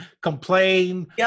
complain